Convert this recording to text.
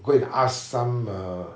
go and ask some err